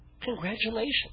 congratulations